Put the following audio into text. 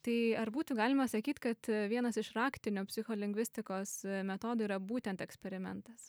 tai ar būtų galima sakyt kad vienas iš raktinių psicholingvistikos metodų yra būtent eksperimentas